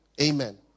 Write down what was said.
Amen